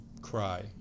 cry